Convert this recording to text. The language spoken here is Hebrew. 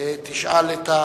תשאל את